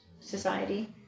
society